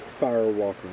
Firewalking